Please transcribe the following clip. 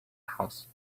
house